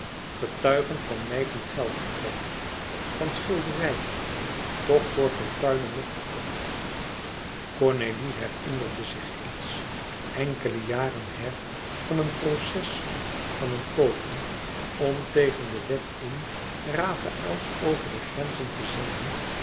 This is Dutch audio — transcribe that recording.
getuigend van nijpend geldgebrek van schilderijen toch voor fortuinen nog verkocht cornélie herinnerde zich iets enkele jaren her van een proces van een poging om tegen de wet in rafaëls over de grenzen te zenden